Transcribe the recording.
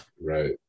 right